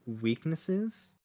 weaknesses